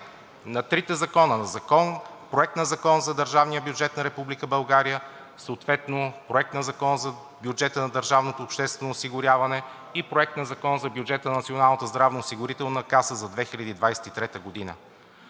на трите закона или Проект на закон за държавния бюджет на Република България, Проект на закон на бюджета на държавното обществено осигуряване и съответно Проект на закон за бюджета на Националната здравноосигурителна каса за 2023 г.